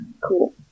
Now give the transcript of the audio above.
cool